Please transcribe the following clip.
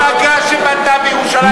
מפלגה שבנתה בירושלים,